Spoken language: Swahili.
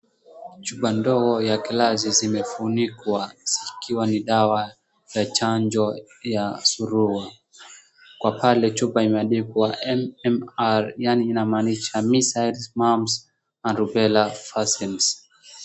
Chupa ndogo ya glasi zimefunikwa zikiwa ni dawa ya chanjo ya surua. Kwa pale chupa imeandikwa MMR yaani inamaanisha measles, mumps and rubella vaccines .